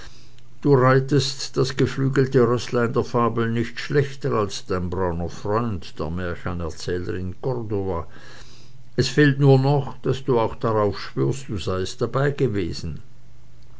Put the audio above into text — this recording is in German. du reitest das geflügelte rößlein der fabel nicht schlechter als dein brauner freund der märchenerzähler in cordova es fehlt nur noch daß auch du darauf schwörest du seiest